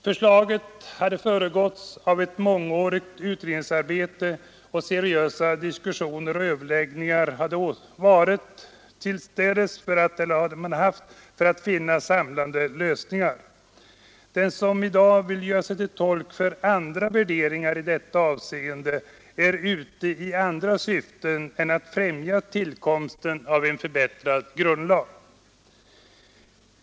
Förslaget hade föregåtts av ett mångårigt utredningsarbete, och man hade haft seriösa diskussioner och överläggningar för att finna samlande lösningar. Den som i dag vill göra sig till tolk för värderingar av annat slag i detta avseende är ute i andra syften än att främja tillkomsten av en förbättrad grundlag.